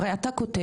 הרי אתה כותב.